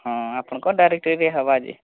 ହଁ ଆପଣଙ୍କ ବି ହେବା ଯେ